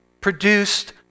produced